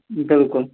بالکُل